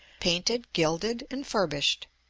painted, gilded, and furbished.